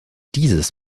dieses